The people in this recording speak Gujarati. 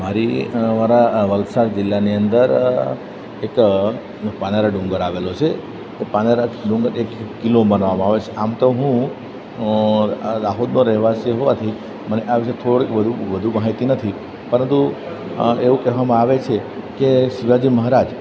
મારી મારા આ વલસાડ જિલ્લાની અંદર એક પારનેરા ડુંગર આવ્યો છે એ પારનેરા ડુંગર એક કિલ્લો માનવામાં આવે છે આમ તો હું રાહોતનો રહેવાસી હોવાથી મને આ વિષે થોડી વધુ વધુ માહિતી નથી પરંતુ એવું કહેવામાં આવે છે કે શિવાજી મહારાજ